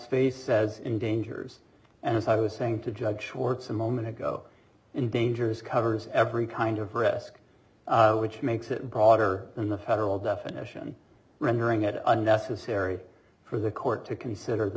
face says in dangers and as i was saying to judge shorts a moment ago in danger's covers every kind of risk which makes it broader than the federal definition rendering it unnecessary for the court to consider the